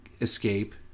escape